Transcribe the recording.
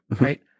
right